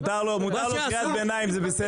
מותר לו, מותר לו קריאת ביניים, זה בסדר.